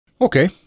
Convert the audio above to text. Okay